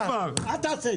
קארה, צא החוצה.